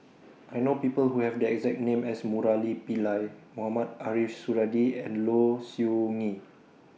I know People Who Have The exact name as Murali Pillai Mohamed Ariff Suradi and Low Siew Nghee